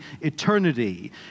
eternity